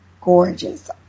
gorgeous